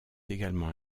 également